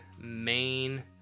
main